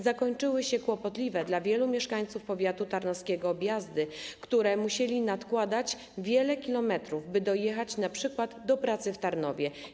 Zakończyły się kłopotliwe objazdy dla wielu mieszkańców powiatu tarnowskiego, którzy musieli nadkładać wiele kilometrów, by dojechać np. do pracy w Tarnowie.